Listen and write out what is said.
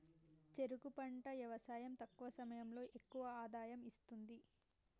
చెరుకు పంట యవసాయం తక్కువ సమయంలో ఎక్కువ ఆదాయం ఇస్తుంది